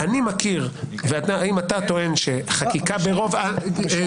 המצב הנוכחי הוא שאין כרגע הגדרה ברורה של